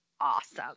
awesome